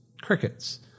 crickets